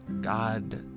God